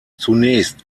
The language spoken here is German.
zunächst